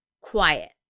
quiet